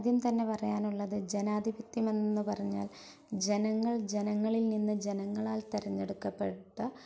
ആദ്യംതന്നെ പറയാനുള്ളത് ജനാധിപത്യമെന്ന് പറഞ്ഞാൽ ജനങ്ങൾ ജനങ്ങളിൽ നിന്ന് ജനങ്ങളാൽ തെരഞ്ഞെടുക്കപ്പെട്ട